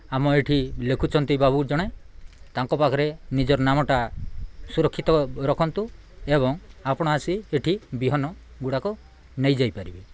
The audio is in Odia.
ଆମ ଏଇଠି ଲେଖୁଛନ୍ତି ବାବୁ ଜଣେ ତାଙ୍କ ପାଖରେ ନିଜର ନାମଟା ସୁରକ୍ଷିତ ରଖନ୍ତୁ ଏବଂ ଆପଣ ଆସି ଏଇଠି ବିହନଗୁଡ଼ାକ ନେଇଯାଇପାରିବେ